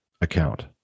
account